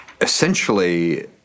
Essentially